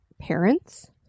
parents